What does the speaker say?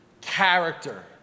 Character